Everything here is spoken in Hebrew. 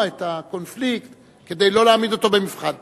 את הקונפליקט כדי לא להעמיד אותו במבחן?